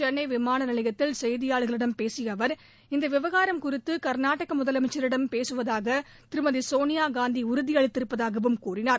சென்னை விமான நிலையத்தில் செய்தியாளர்களிடம் பேசிய அவர் இந்த விவகாரம் குறித்து கள்நாடக முதலமைச்சரிடம் பேசுவதாக திருமதி சோனியா காந்தி உறுதியளித்திருப்பதாகவும் கூறினார்